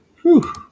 Whew